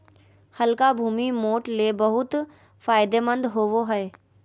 हल्का भूमि, मोठ ले बहुत फायदेमंद होवो हय